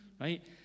right